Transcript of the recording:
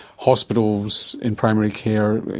hospitals in primary care, you